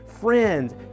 Friends